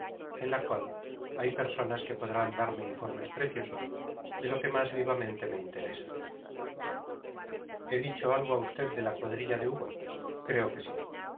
en la cual hay personas que podrán darme informes preciosos de lo que más vivamente me interesa he dicho algo a usted de la cuadrilla de uva creo que sí